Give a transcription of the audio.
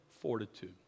fortitude